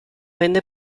vende